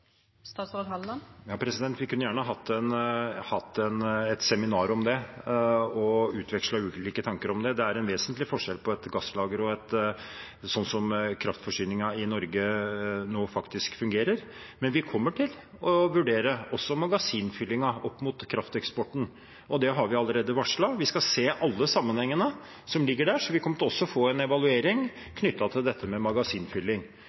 Vi kunne gjerne hatt et seminar om det, og utvekslet ulike tanker om det. Det er en vesentlig forskjell på et gasslager, sånn kraftforsyningen i Norge nå faktisk fungerer. Men vi kommer til å vurdere også magasinfylling opp mot krafteksporten, og det har vi allerede varslet. Vi skal se alle sammenhenger som ligger der, så vi kommer også til å få en evaluering knyttet til dette med magasinfylling.